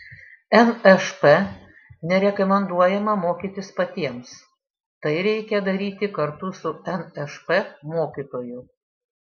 nšp nerekomenduojama mokytis patiems tai reikia daryti kartu su nšp mokytoju